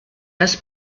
das